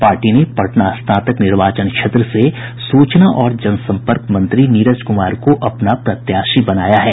party ने पटना स्नातक निर्वाचन क्षेत्र से सूचना और जनसम्पर्क मंत्री नीरज कुमार को अपना प्रत्याशी बनाया हैं